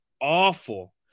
awful